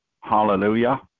Hallelujah